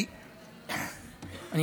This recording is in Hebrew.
כי יש לה צליאק.